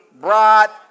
brought